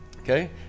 Okay